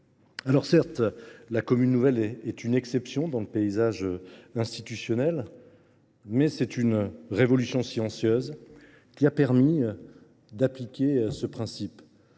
Alors, certes, la commune nouvelle est une exception dans le paysage institutionnel, mais c’est une révolution silencieuse qui a permis d’appliquer un principe